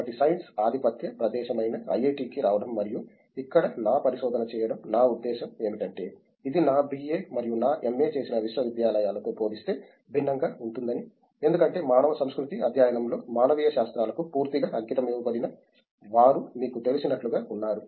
కాబట్టి సైన్స్ ఆధిపత్య ప్రదేశమైన ఐఐటికి రావడం మరియు ఇక్కడ నా పరిశోధన చేయడం నా ఉద్దేశ్యం ఏమిటంటే ఇది నా BA మరియు నా MA చేసిన విశ్వవిద్యాలయాల తో పోలిస్తే భిన్నంగా ఉంటుందని ఎందుకంటే మానవ సంస్కృతి అధ్యయనంలో మానవీయ శాస్త్రాలకు పూర్తిగా అంకితమివ్వబడిన వారు మీకు తెలిసినట్లుగా ఉన్నారు